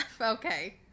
Okay